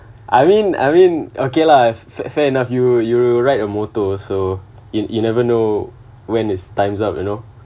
I mean I mean okay lah fair fair enough you you ride a motor so you you never know when is time's up you know